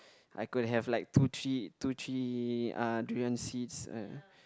I could have like two three two three uh durian seeds